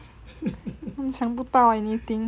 想不到 anything